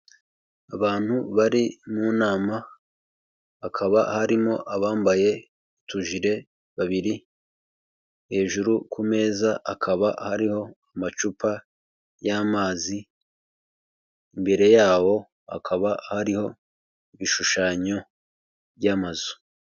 Abantu bari mu nama hakaba harimo abambaye utujire babiri, hejuru ku meza akaba hariho amacupa y'amazi, imbere yabo akaba ari ibishushanyo by'amazu.